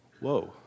Whoa